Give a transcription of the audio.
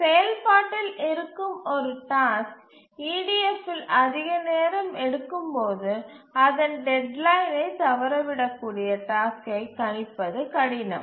செயல்பாட்டில் இருக்கும் ஒரு டாஸ்க் EDF இல் அதிக நேரம் எடுக்கும் போது அதன் டெட்லைனை தவறவிடக்கூடிய டாஸ்க்கை கணிப்பது கடினம்